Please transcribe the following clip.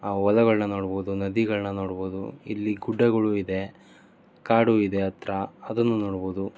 ಹೊಲಗಳ್ನ ನೋಡ್ಬೌದು ನದಿಗಳನ್ನ ನೋಡ್ಬೌದು ಇಲ್ಲಿ ಗುಡ್ಡಗಳು ಇದೆ ಕಾಡು ಇದೆ ಹತ್ರ ಅದನ್ನು ನೋಡ್ಬೌದು